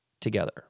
together